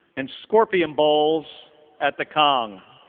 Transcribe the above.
and scorpion bowls at the kong.